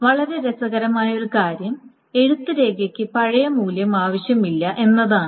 വളരെ രസകരമായ ഒരു കാര്യം എഴുത്ത് രേഖയ്ക്ക് പഴയ മൂല്യം ആവശ്യമില്ല എന്നതാണ്